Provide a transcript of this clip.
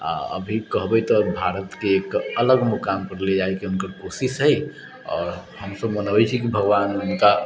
आ अभि कहबै तऽ भारतके एक अलग मुकाम पर ले जाइके हुनकर कोशिश है आओर हम सभ मनबै छी कि भगवान हुनका